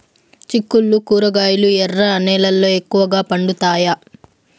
చిక్కుళ్లు కూరగాయలు ఎర్ర నేలల్లో ఎక్కువగా పండుతాయా